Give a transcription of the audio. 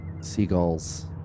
seagulls